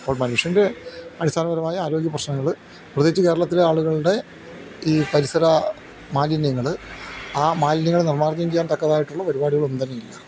അപ്പോൾ മനുഷ്യൻ്റെ അടിസ്ഥാനപരമായ ആരോഗ്യ പ്രശ്നങ്ങൾ പ്രത്യേകിച്ച് കേരളത്തിലെ ആളുകളുടെ ഈ പരിസര മാലിന്യങ്ങൾ ആ മാലിന്യങ്ങൾ നിർമാർജനം ചെയ്യാൻ തക്കതായിട്ടുള്ള പരിപാടികൾ ഒന്നും തന്നെയില്ല